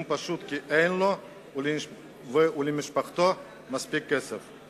פשוט כי אין לו ולמשפחתו מספיק כסף.